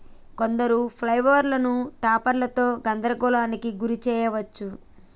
కొందరు ఫ్లైల్ మూవర్లను టాపర్లతో గందరగోళానికి గురి చేయచ్చు